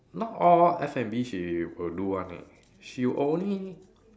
not all F&B she will do one eh she'll only